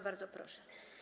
Bardzo proszę.